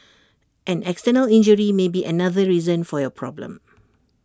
an external injury may be another reason for your problem